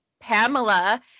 Pamela